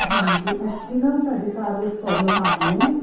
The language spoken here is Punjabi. ਹਾਂਜੀ ਐਕਚੁਲੀ ਨਾ ਸਾਡੀ ਕਾਰ ਵਿੱਚ ਪ੍ਰੋਬਲਮ ਆ ਗਈ ਹੈ